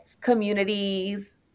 communities